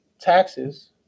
taxes